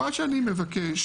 מה שאני מבקש